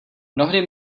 mnohdy